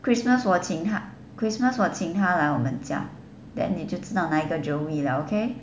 christmas 我请她 christmas 我请她来我们家 then 你就知道哪一个 joey 了 okay